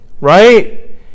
right